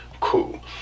Cool